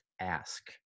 ask